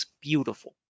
beautiful